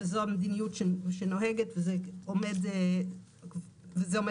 זו המדיניות שנוהגת וזה עומד במבחן.